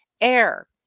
air